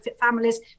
families